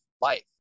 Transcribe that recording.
life